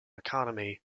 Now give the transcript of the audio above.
economy